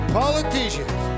politicians